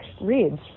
reads